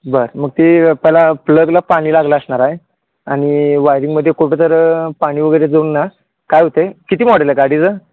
बरं मग ते अपला प्लगला पाणी लागलं असणार आहे आणि वायरिंगमध्ये कुठंतरी पाणी वगैरे जाऊन ना काय होत आहे किती मॉडेल आहे गाडीचं